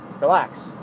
Relax